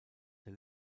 der